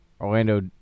Orlando